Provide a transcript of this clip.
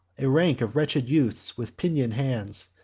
a rank of wretched youths, with pinion'd hands,